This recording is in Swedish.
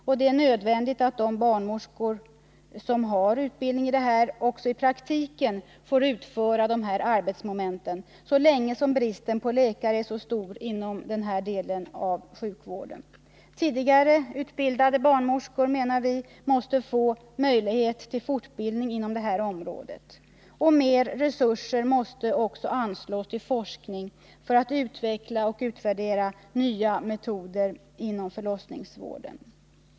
Och det är nödvändigt att de barnmorskor som har utbildning i detta också i praktiken får utföra de arbetsmomenten så länge bristen på läkare är så stor inom den här delen av sjukvården. Tidigare utbildade barnmorskor menar vi måste få möjligheter till fortbildning inom detta område. Mera resurser måste också anslås till forskning för att utveckla och utvärdera nya metoder inom förlossningsvården.